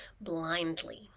blindly